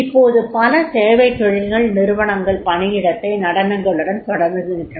இப்போது பல சேவைத் தொழில் நிறுவனங்கள் பணியிடத்தை நடனங்களுடன் தொடங்குகின்றன